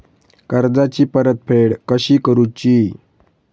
कर्जाची परतफेड कशी करूची?